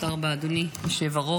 תודה רבה, אדוני היושב-ראש.